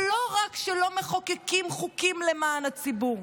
ולא רק שלא מחוקקים חוקים למען הציבור,